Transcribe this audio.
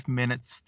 minutes